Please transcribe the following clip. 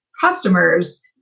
customers